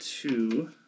two